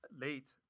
late